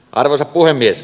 arvoisa puhemies